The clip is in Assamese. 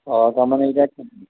অঁ তাৰমানে ইতা